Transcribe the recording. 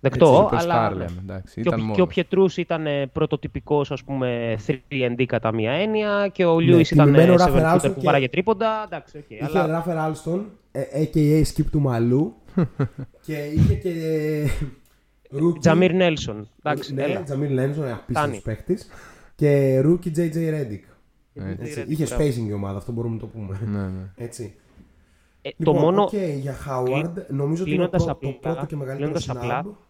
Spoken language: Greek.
Δεκτό, Έτσι, superstar αλλά- λέμε, εντάξει, Και ο ήταν Pi- και ο μόνος. Pietrus ήταν, ε, πρωτοτυπικός, ας πούμε, 3&D κατά μία έννοια, και ο Ναι, Lewis ήταν, τιμημένο ε, Rafer seven shooter Alston που και- βάραγε τρίποντα, εντάξει, οκ, Είχε αλλά- Rafer Alston, ε, aka Skip to my Lou, και είχε και Jameer rookie- Nelson, εντάξει, Ναι, έλα. Jameer Nelson, ε, απίστευτος Φτάνει. παίκτης, και rookie JJ Redick. Και Ναι. JJ Έτσι, Redick, είχε μπράβο. spacing η ομάδα, αυτό μπορούμε να το πούμε. Ναι, ναι. Έτσι. Ε, το Λοιπόν, μόνο- οκ, για κλ- Howard, νομίζω ότι είναι κλείνοντας ο πρω- το απλά, πρώτο και μεγαλύτερο κλείνοντας απλά, snub.